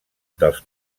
dels